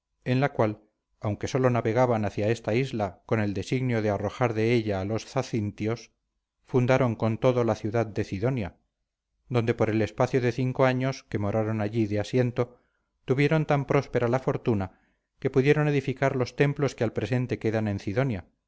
en la cual aunque solo navegaban hacia esta isla con el designio de arrojar de ella a los zacintios fundaron con todo la ciudad de cidonia donde por el espacio de cinco años que moraron allí de asiento tuvieron tan próspera la fortuna que pudieron edificar los templos que al presente quedan en